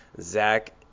Zach